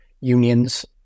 unions